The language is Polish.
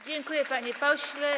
Dziękuję, panie pośle.